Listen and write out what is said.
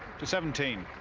to seventeen.